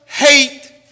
hate